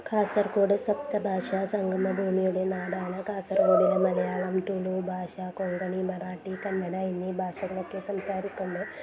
കാസർഗോഡ് സപ്തഭാഷാ സംഗമ ഭൂമിയുടെ നാടാണ് കാസർഗോഡില് മലയാളം തുളു ഭാഷ കൊങ്കണി മറാഠി കന്നഡ എന്നീ ഭാഷകളൊക്കെ സംസാരിക്കുന്നു